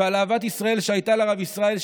ועל אהבת ישראל שהייתה לרב ישראל,